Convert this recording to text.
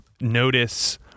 notice